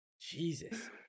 Jesus